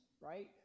right